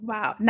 Wow